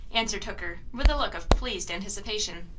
answered hooker, with a look of pleased anticipation.